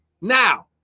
Now